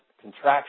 contraction